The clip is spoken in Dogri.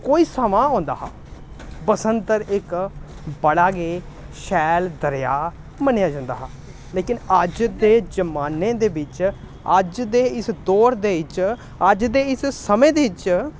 कोई समां होंदा हा बसंतर इक बड़ा गै शैल दरेआ मन्नेआ जंदा हा लेकिन अज्ज दे जमान्ने दे बिच्च अज्ज दे इस दौर दे बिच्च अज्ज दे इस समें दे बिच्च